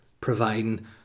providing